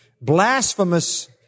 blasphemous